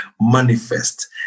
manifest